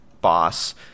boss